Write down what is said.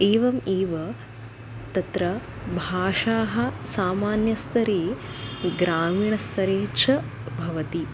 एवम् एव तत्र भाषाः सामान्यस्तरे ग्रामीणस्तरे च भवति